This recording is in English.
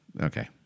Okay